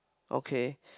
okay